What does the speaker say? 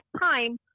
time